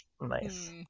Nice